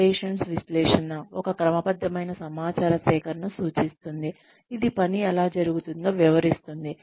operations విశ్లేషణ ఒక క్రమబద్ధమైన సమాచార సేకరణను సూచిస్తుంది ఇది పని ఎలా జరుగుతుందో వివరిస్తుంది